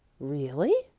really?